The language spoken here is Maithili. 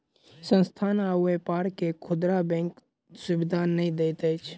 संस्थान आ व्यापार के खुदरा बैंक सुविधा नै दैत अछि